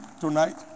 tonight